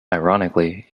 ironically